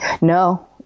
No